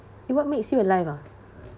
eh what makes you alive ah